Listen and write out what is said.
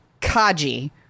Kaji